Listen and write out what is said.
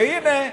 והינה,